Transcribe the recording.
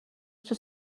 توی